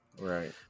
right